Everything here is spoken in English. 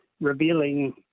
revealing